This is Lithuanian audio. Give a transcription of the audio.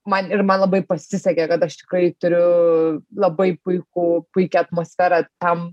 man ir man labai pasisekė kad aš tikrai turiu labai puikų puikią atmosferą tam